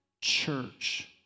church